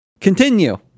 continue